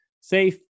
safe